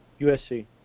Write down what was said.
USC